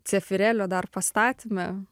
cefirelio dar pastatyme